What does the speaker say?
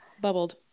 bubbled